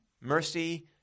mercy